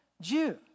Jew